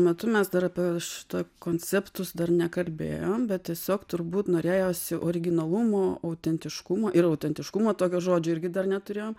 metu mes dar apie šitą konceptus dar nekalbėjom bet tiesiog turbūt norėjosi originalumo autentiškumo ir autentiškumo tokio žodžio irgi dar neturėjom